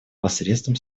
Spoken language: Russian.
посредством